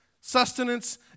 sustenance